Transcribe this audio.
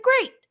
great